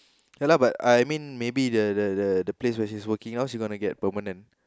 ya lah but I mean maybe the the the place where she's working now she's gonna get permanent